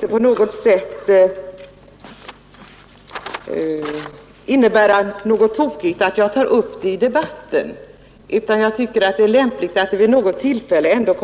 Det kan väl inte innebära något tokigt att jag tar upp den felaktigheten i debatten, och jag tycker att det är lämpligt att den uppdagas vid något tillfälle.